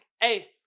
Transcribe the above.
hey